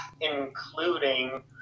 including